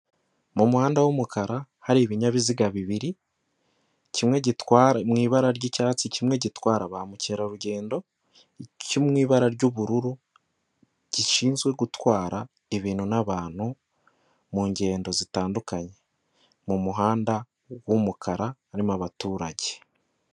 Mu muhanda w'umukara, hari ibinyabiziga bibiri, kimwe gitwara mu ibara ry'icyatsi, kimwe gitwara ba mukerarugendo cyo mu ibara ry'ubururu, gishinzwe gutwara ibintu n'abantu mu ngendo zitandukanye. Mu muhanda w'umukara harimo abaturage.